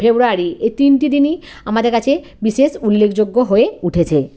ফেব্রুয়ারি এই তিনটি দিনই আমাদের কাছে বিশেষ উল্লেখযোগ্য হয়ে উঠেছে